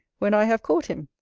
when i have caught him.